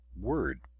word